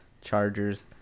Chargers